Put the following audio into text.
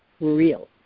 real